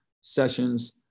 sessions